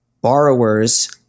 borrowers